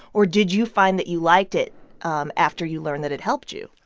or did you find that you liked it um after you learned that it helped you?